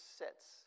sits